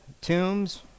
tombs